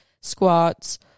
squats